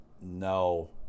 No